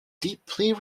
deeply